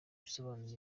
bisobanuye